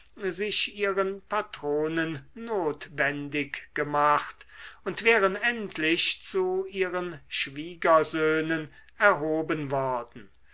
sich ihren patronen notwendig gemacht und wären endlich zu ihren schwiegersöhnen erhoben worden